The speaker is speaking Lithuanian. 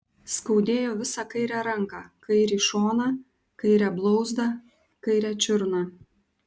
skaudėjo visą kairę ranką kairį šoną kairę blauzdą kairę čiurną